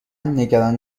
نگران